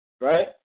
right